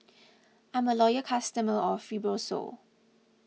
I'm a loyal customer of Fibrosol